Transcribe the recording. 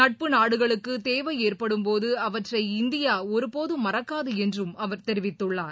நட்பு நாடுகளுக்குதேவைஏற்படும் போதுஅவற்றை இந்தியாஒருபோதும் மறக்காதுஎன்றும் அவர் தெரிவித்துள்ளார்